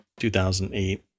2008